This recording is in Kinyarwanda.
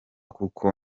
kuko